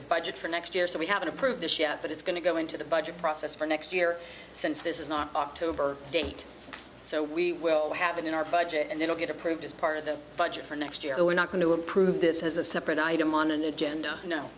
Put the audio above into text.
the budget for next year so we have to prove this yet but it's going to go into the budget process for next year since this is not october date so we will have it in our budget and it'll get approved as part of the budget for next year so we're not going to approve this as a separate item on an agenda no